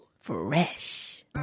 Fresh